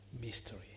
mystery